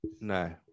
No